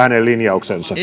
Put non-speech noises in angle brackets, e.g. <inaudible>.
<unintelligible> hänen linjauksensa <unintelligible>